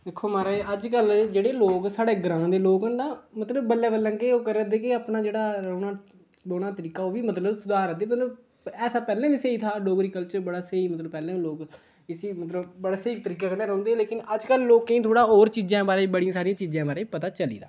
दिक्खो महाराज अज्ज्कल जेह्ड़े लोक साढ़े ग्रांऽ दे लोक ना मतलब बल्लें बल्लें के ओह् करै दे अपना जेह्ड़ा रौह्ने रौह्ने दा तरीका ओह् बी मतलब सुधारा दे मतलब ऐ ते पैह्ले बी स्हेई था डोगरी कल्चर बड़ा स्हेई मतलब पैह्लें बी लोक इसी मतलब बड़े स्हेई तरीके कन्नै रौंह्दे हे लेकिन अज्ज्कल लोकें गी थोह्ड़ा होर चीजें बारे च बड़ियें सारी चीजें बारे पता चली दा